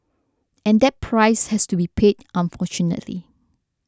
and that price has to be paid unfortunately